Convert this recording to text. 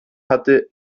hatte